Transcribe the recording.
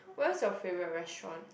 where's your favourite restaurant